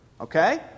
okay